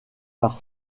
par